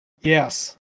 Yes